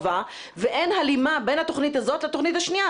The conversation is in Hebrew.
ואין הלימה בין התוכנית הזאת לתוכנית השנייה.